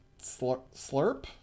Slurp